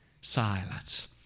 Silence